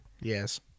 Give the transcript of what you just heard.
Yes